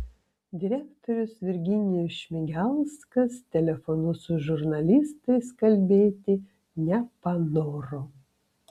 direktorius virginijus šmigelskas telefonu su žurnalistais kalbėti nepanoro